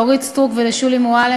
לאורית סטרוק ולשולי מועלם,